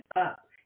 up